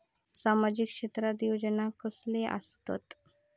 सामाजिक क्षेत्रात योजना कसले असतत?